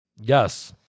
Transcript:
yes